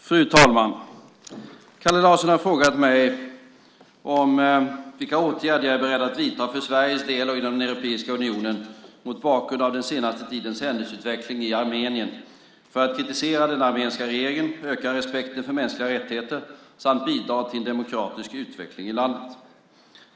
Fru talman! Kalle Larsson har frågat mig om vilka åtgärder jag är beredd att vidta för Sveriges del och inom Europeiska unionen mot bakgrund av den senaste tidens händelseutveckling i Armenien för att kritisera den armeniska regeringen, öka respekten för mänskliga rättigheter samt bidra till en demokratisk utveckling i landet.